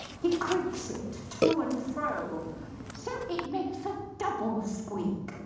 he creaks it to and fro so it makes a double squeak.